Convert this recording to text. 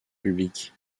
public